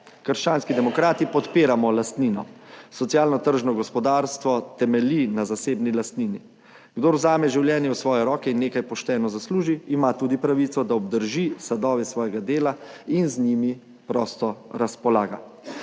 Krščanski demokrati podpiramo lastnino. Socialno tržno gospodarstvo temelji na zasebni lastnini. Kdor vzame življenje v svoje roke in nekaj pošteno zasluži, ima tudi pravico, da obdrži sadove svojega dela in z njimi prosto razpolaga.